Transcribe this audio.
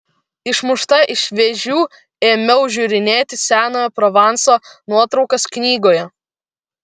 išmušta iš vėžių ėmiau žiūrinėti senojo provanso nuotraukas knygoje